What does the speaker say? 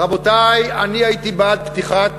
רבותי, אני הייתי בעד פתיחת